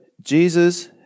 Jesus